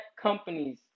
companies